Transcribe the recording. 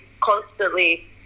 constantly